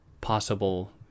possible